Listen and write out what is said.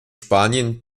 spanien